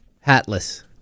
Hatless